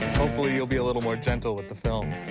hopefully you'll be a little more gentle with the film.